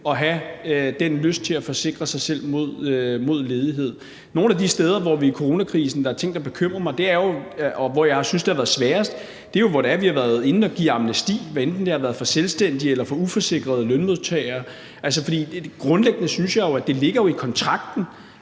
at have den lyst til at forsikre sig selv mod ledighed. Nogle af de steder, hvor der i coronakrisen er ting, der bekymrer mig, og hvor jeg synes, at det har været sværest, er jo, hvor vi har været inde at give amnesti, hvad enten det har været for selvstændige eller for uforsikrede lønmodtagere. For grundlæggende synes jeg jo, at det ligger i kontrakten,